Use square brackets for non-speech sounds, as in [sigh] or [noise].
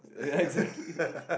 yeah exactly [breath]